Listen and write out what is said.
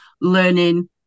learning